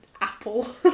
apple